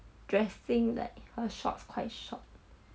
dressing like her shorts quite short